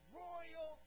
royal